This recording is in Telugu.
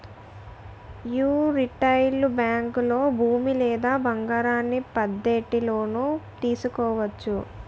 యీ రిటైలు బేంకుల్లో భూమి లేదా బంగారాన్ని పద్దెట్టి లోను తీసుకోవచ్చు